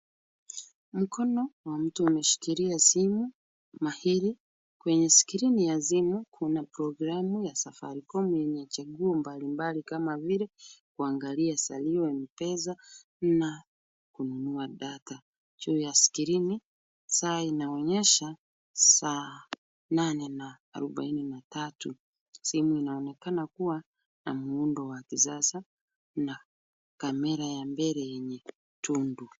Mkono wa mtu umeshikilia simu mahili. Kwenye skrini ya simu, kuna program ya Safaricom yenye chaguo mbalimbali kama vile kuangalia salio la M-pesa na kununua data . Juu ya skrini, saa inaonyesha saa nane na arubaini na tatu. Simu inaonekana kuwa na muundo wa kisasa na camera ya mbele yenye tundu.